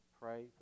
pray